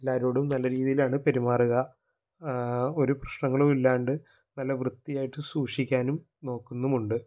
എല്ലാവരോടും നല്ല രീതിയിലാണ് പെരുമാറുക ഒരു പ്രശ്നങ്ങളുമില്ലാണ്ട് നല്ല വൃത്തിയായിട്ട് സൂക്ഷിക്കാനും നോക്കുന്നുമുണ്ട്